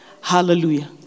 Hallelujah